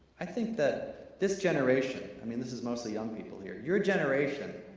i think that this generation, i mean this is mostly young people here. your generation,